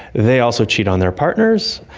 they also cheat on their partners,